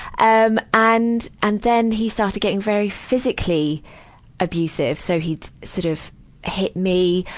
um and, and then he started getting very physically abusive. so he'd sort of hit me,